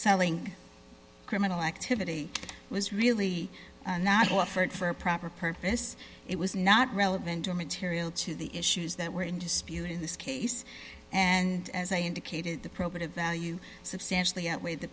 selling criminal activity was really not offered for a proper purpose it was not relevant to material to the issues that were in dispute in this case and as i indicated the probative value substantially outweighed the